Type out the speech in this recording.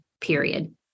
period